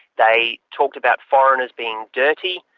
they talked about foreigners being dirty,